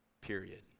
period